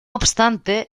obstante